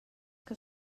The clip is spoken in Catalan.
que